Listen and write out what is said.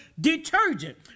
detergent